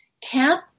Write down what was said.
Camp